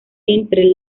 entre